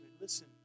Listen